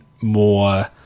more